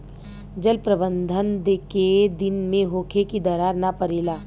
जल प्रबंधन केय दिन में होखे कि दरार न परेला?